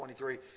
23